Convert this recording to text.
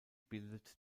bildet